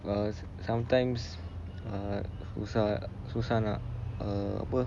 err sometimes susah susah nak err apa